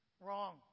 Wrong